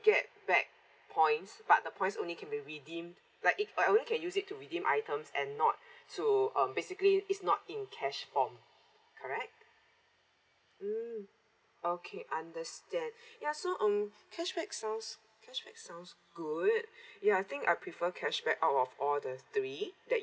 get back points but the points only can be redeemed like it I only can use it to redeem items and not to um basically it's not in cash form correct mm okay understand ya so um cashback sounds cashback sounds good ya I think I prefer cashback out of all the three that